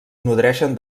nodreixen